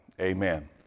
Amen